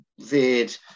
veered